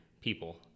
people